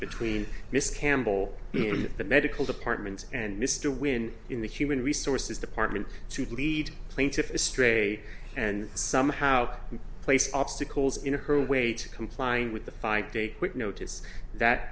between miss campbell at the medical department and mr wynn in the human resources department to lead plaintiff astray and somehow place obstacles in her weight complying with the five day week notice that